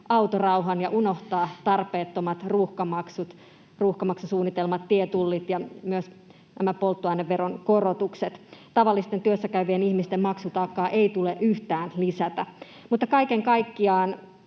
autorauhan ja unohtaa tarpeettomat ruuhkamaksusuunnitelmat, tietullit ja myös nämä polttoaineveron korotukset. Tavallisten työssäkäyvien ihmisten maksutaakkaa ei tule yhtään lisätä. Mutta kaiken kaikkiaan